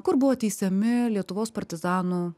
kur buvo teisiami lietuvos partizanų